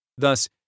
Thus